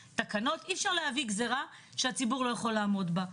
אי אפשר להביא גזרה שהציבור לא יכול לעמוד בה.